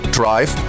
drive